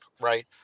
right